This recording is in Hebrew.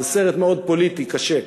זה סרט מאוד פוליטי וקשה.